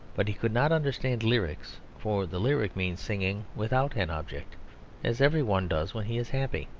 but he could not understand lyrics for the lyric means singing without an object as every one does when he is happy.